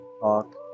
talk